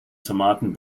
tomaten